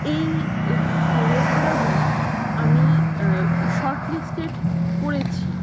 এই রেস্তোরাঁগুলি আমি শর্টলিস্টেড করেছি